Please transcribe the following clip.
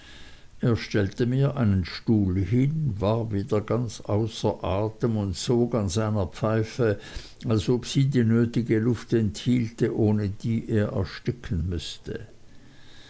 er stellte mir einen stuhl hin war wieder ganz außer atem und sog an seiner pfeife als ob sie die nötige luft enthielte ohne die er ersticken müßte